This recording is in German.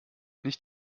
nicht